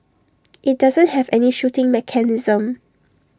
IT doesn't have any shooting mechanism